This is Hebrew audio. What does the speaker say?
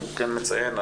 אני מציין,